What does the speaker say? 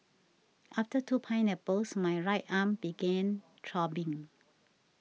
after two pineapples my right arm began throbbing